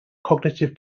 cognitive